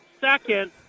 second